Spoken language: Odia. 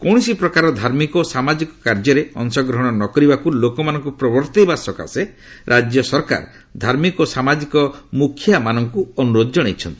କୌଣସି ପ୍ରକାର ଧାର୍ମିକ ଓ ସାମାଜିକ କାର୍ଯ୍ୟରେ ଅଂଶ ଗ୍ରହଣ ନ କରିବାକୁ ଲୋକମାନଙ୍କୁ ପ୍ରବର୍ତ୍ତାଇବା ସକାଶେ ରାଜ୍ୟ ସରକାର ଧାର୍ମିକ ଓ ସାମାଜିକ ମୁଖ୍ୟମାନଙ୍କୁ ଅନୁରୋଧ ଜଣାଇଛନ୍ତି